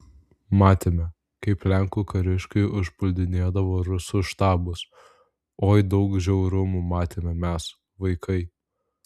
matėme kaip lenkų kariškiai užpuldinėdavo rusų štabus oi daug žiaurumų matėme mes vaikai